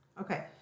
Okay